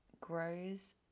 grows